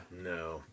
No